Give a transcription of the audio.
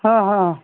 हं हं